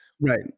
Right